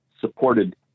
supported